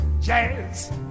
jazz